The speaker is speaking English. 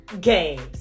games